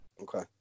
Okay